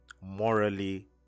morally